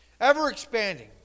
Ever-expanding